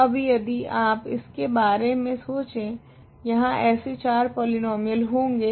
तो अब यदि आप इसके बारे मे सोंचे यहाँ ऐसे 4 पॉलीनोमीयल होगे